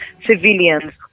civilians